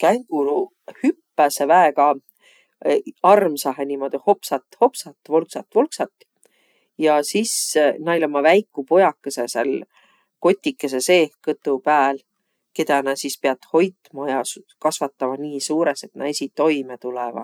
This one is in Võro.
Känguruq hüppäseq väega armsahe niimoodu hopsat-hopsat, volksat-volksat. Ja sis näil ommaq väikuq pujakõsõq sääl kotikõsõ seeh kõtu pääl, kedä nä sis piät hoitma ja s- kasvatama nii suurõs, et nä esiq toimõ tulõvaq.